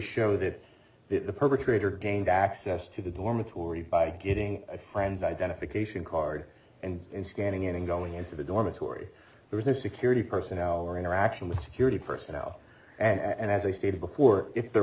show that the perpetrator gained access to the dormitory by getting a plans identification card and in scanning in and going into the dormitory there is no security personnel or interaction with security personnel and as i stated before if there